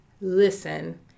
listen